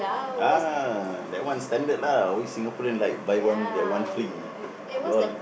uh that one standard lah always Singaporean like buy one get one free you all